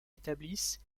établissent